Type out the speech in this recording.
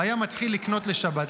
והיה מתחיל לקנות לשבת,